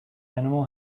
animal